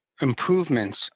improvements